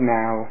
now